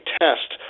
test